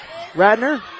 Radner